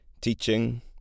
teaching